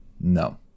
No